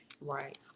Right